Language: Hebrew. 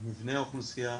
מבנה האוכלוסייה,